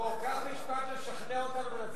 בוא, קח משפט, תשכנע אותנו להצביע.